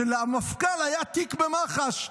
שלמפכ"ל היה תיק במח"ש.